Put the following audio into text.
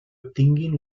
obtinguin